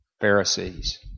Pharisees